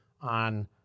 on